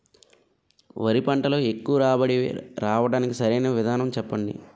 వరి పంటలో ఎక్కువ రాబడి రావటానికి సరైన విధానం చెప్పండి?